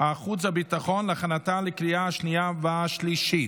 החוץ והביטחון להכנתה לקריאה השנייה והשלישית.